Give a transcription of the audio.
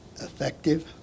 effective